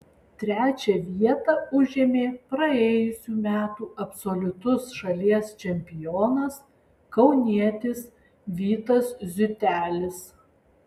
trečią vietą užėmė praėjusių metų absoliutus šalies čempionas kaunietis vytas ziutelis